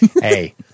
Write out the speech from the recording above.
hey